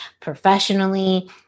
professionally